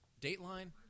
Dateline